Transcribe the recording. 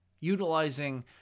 Utilizing